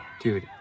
Dude